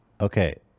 Okay